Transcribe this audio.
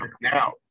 now